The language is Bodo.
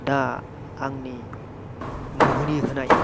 दा आंनि मुहिनि होनाय